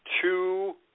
two